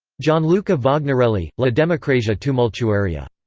gianluca vagnarelli, la democrazia tumultuaria.